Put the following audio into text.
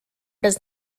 does